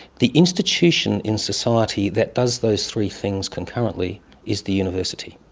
the institution in society that does those three things concurrently is the university,